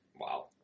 Wow